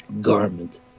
garment